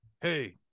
Hey